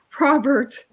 Robert